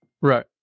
Right